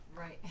Right